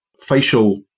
facial